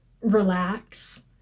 relax